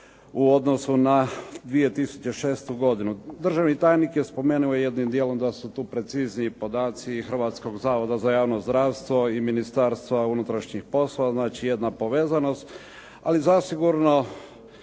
u odnosu na 2006. godinu. Državni tajnik je spomenuo jednim dijelom da su tu precizniji podaci Hrvatskog zavoda za javno zdravstvo i Ministarstva unutrašnjih poslova, znači jedna povezanost, ali zasigurno